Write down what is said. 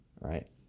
right